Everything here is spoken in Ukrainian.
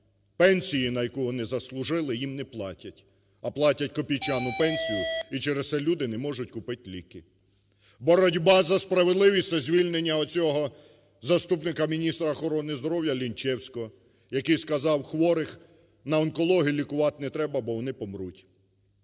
пенсії, на яку вони заслужили, їм не платять, а платять копійчану пенсію, і через це люди не можуть купити ліки. Боротьба за справедливість – це звільнення оцього заступника міністра охорони здоров'яЛінчевського, який сказав: хворих на онкологію лікувати не треба, бо вони помруть.